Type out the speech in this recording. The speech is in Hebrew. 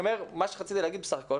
מה שרציתי להגיד בסך הכול,